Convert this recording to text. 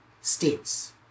states